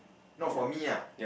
not for me ah